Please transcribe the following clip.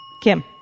Kim